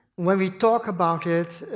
when we talk about it,